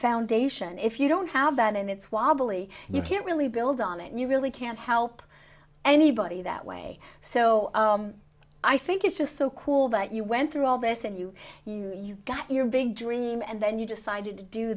foundation if you don't have that and it's wobbly you can't really build on it and you really can't help anybody that way so i think it's just so cool that you went through all this and you got your big dream and then you decided to do